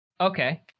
Okay